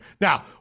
Now